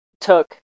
took